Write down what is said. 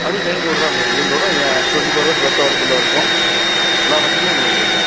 அதுவும் main road தான் உங்களுக்கு main road a twenty four hours bus அவைலபிளாக இருக்கும் எல்லாம் வசதியும் உங்களுக்கு இருக்குது